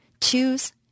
Choose